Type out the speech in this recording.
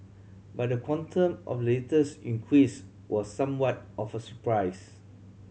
but the quantum of the latest increase was somewhat of a surprise